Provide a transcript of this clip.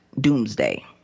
doomsday